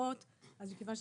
אני רוצה רק